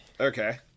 Okay